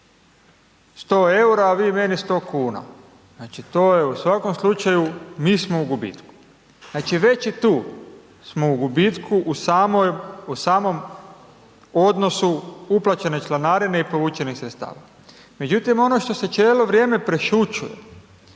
100 EUR-a, a vi meni 100 kuna, znači to je, u svakom slučaju mi smo u gubitku. Znači, već i tu smo u gubitku u samom odnosu uplaćene članarine u povučenih sredstava. Međutim, ono što se cijelo vrijeme prešućuje,